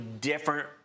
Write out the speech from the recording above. different